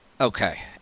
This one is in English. Okay